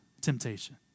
temptation